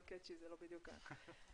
גם קטצ'י זה לא בדיוק עברית,